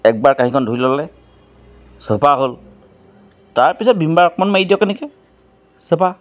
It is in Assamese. একবাৰ কাঁহীখন ধুই ল'লে চাফা হ'ল তাৰপিছত ভীমবাৰ অকণমান মাৰি দিয়ক এনেকৈ চাফা